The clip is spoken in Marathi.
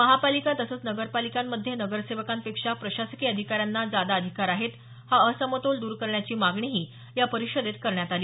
महापालिका तसंच नगरपालिकांमध्ये नगरसेवकांपेक्षा प्रशासकीय अधिकाऱ्यांना जादा अधिकार आहेत हा असमतोल द्र करण्याची मागणीही या परिषदेत करण्यात आली